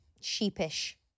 sheepish